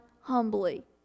humbly